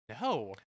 No